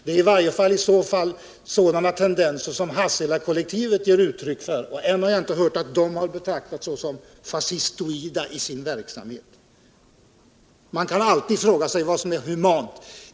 Det är sådana tendenser som Hasselakollektivet ger uttryck för, men än har jag inte hört att verksamheten där betraktas såsom fascistoid. Man kan alltid fråga sig vad som är humant.